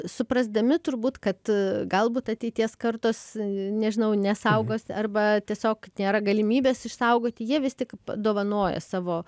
suprasdami turbūt kad galbūt ateities kartos nežinau nesaugos arba tiesiog nėra galimybės išsaugoti jie vis tik dovanoja savo